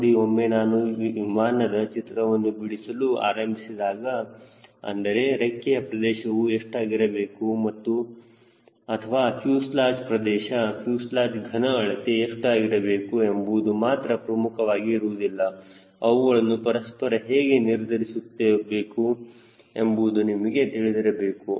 ನೋಡಿ ಒಮ್ಮೆ ನಾನು ವಿಮಾನದ ಚಿತ್ರವನ್ನು ಬಿಡಿಸಲು ಆರಂಭಿಸಿದಾಗ ಅಂದರೆ ರೆಕ್ಕೆಯ ಪ್ರದೇಶವು ಎಷ್ಟು ಆಗಿರಬೇಕು ಅಥವಾ ಫ್ಯೂಸೆಲಾಜ್ ಪ್ರದೇಶ ಫ್ಯೂಸೆಲಾಜ್ ಘನ ಅಳತೆ ಎಷ್ಟು ಆಗಿರಬೇಕು ಎಂಬುದು ಮಾತ್ರ ಪ್ರಮುಖವಾಗಿ ಇರುವುದಿಲ್ಲ ಅವುಗಳನ್ನು ಪರಸ್ಪರ ಹೇಗೆ ನಿರ್ಧರಿಸಬೇಕು ಎಂಬುದು ನಿಮಗೆ ತಿಳಿದಿರಬೇಕು